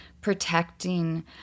protecting